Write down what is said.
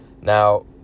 Now